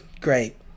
great